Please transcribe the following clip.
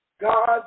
God